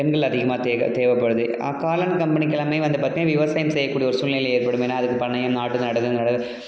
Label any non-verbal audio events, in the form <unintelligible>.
பெண்கள் அதிகமா தேவை தேவைப்படுது காளான் கம்பெனிக்கு எல்லாமே வந்து பார்த்தீங்கன்னா விவசாயம் செய்யக்கூடிய ஒரு சூழ்நிலை ஏற்படும் ஏன்னால் அதுக்குப் பண்ணயம் நாற்று நடவு <unintelligible>